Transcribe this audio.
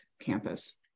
campus